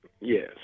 yes